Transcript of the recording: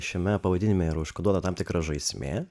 šiame pavadinime užkoduota tam tikra žaismė